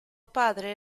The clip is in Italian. padre